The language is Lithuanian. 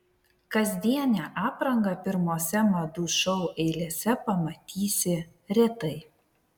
kasdienę aprangą pirmose madų šou eilėse pamatysi retai